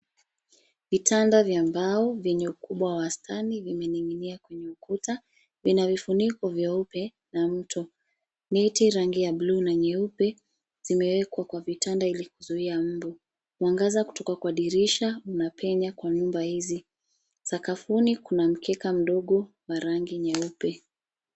Vitanda vya mbao vyenye ukubwa wa wastani zimening'inia kwenye ukuta. Vina vifuniko vyeupe na mto. Neti rangi ya blue na nyeupe zimewekwa kwa vitanda ili kuzuia mbu. Mwangaza kutoka Kwa dirisha unapenya Kwa nyumba hizi. Sakafuni kuna mkeka mdogo wa rangi nyeupe.